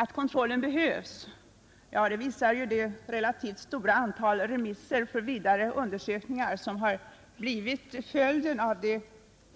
Att kontrollen behövs visar det relativt stora antal remisser för vidare undersökningar som blivit följden av den